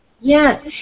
Yes